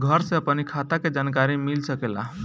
घर से अपनी खाता के जानकारी मिल सकेला?